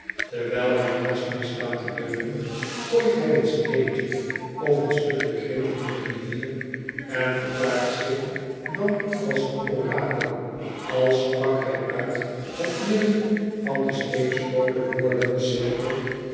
terwijl hij naast mif staat te leunen gooit hij een steentje of een stukje grint in de rivier en verklaart zich dan als een orakel als sprak hij uit het midden van den steeds grooter wordenden cirkel